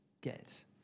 get